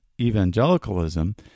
evangelicalism